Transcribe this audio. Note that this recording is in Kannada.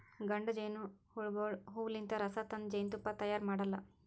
ಗಂಡ ಜೇನಹುಳಗೋಳು ಹೂವಲಿಂತ್ ರಸ ತಂದ್ ಜೇನ್ತುಪ್ಪಾ ತೈಯಾರ್ ಮಾಡಲ್ಲಾ